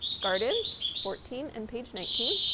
gardens fourteen and page nineteen.